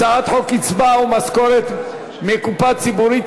הצעת חוק קצבה ומשכורת מקופה ציבורית,